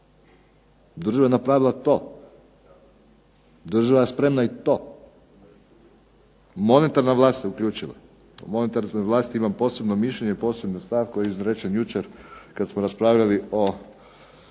Država je napravila to, država je spremna i to. Monetarna vlast se uključila, o monetarnoj vlasti imam posebno mišljenje i poseban stav koji je izrečen jučer kad smo raspravljali o